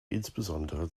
insbesondere